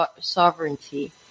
sovereignty